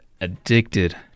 addicted